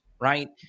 right